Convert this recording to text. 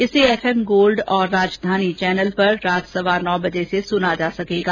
इसे F M gold और Rajdhani channel पर रात सवा नौ बजे से सुना जा सकेगा